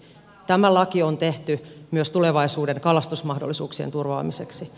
tämä laki on tehty myös tulevaisuuden kalastusmahdollisuuksien turvaamiseksi